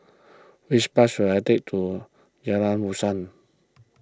which bus should I take to Jalan Dusan